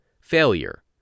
failure